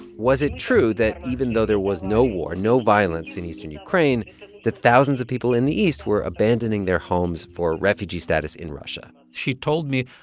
was it true that even though there was no war, no violence in eastern ukraine that thousands of people in the east were abandoning their homes for refugee status in russia? she told me,